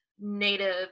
Native